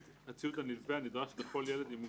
הציוד הנלווה הנדרש לכל ילד עם מוגבלות,